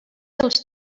els